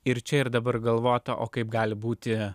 ir čia ir dabar galvota o kaip gali būti